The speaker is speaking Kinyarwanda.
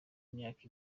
imyaka